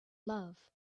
love